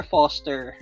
Foster